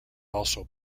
also